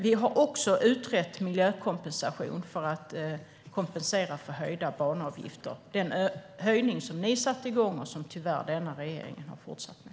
Vi har också utrett miljökompensation för höjda banavgifter. Det är en höjning som ni satte igång och som denna regering tyvärr har fortsatt med.